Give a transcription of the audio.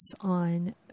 on